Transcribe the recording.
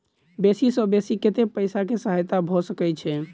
बेसी सऽ बेसी कतै पैसा केँ सहायता भऽ सकय छै?